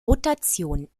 rotation